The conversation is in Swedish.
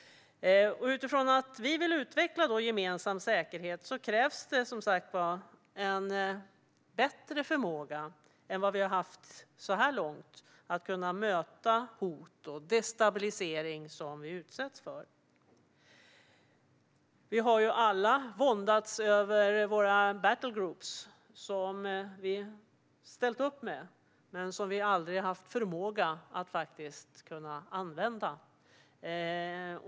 Utifrån att vi vill utveckla gemensam säkerhet krävs, som sagt, en bättre förmåga än vad vi har haft så här långt att kunna möta de hot och den destabilisering som vi utsätts för. Vi har alla våndats över våra battlegroups, som vi har ställt upp med men aldrig haft förmåga att faktiskt kunna använda.